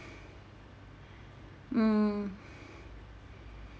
mm